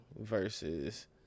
versus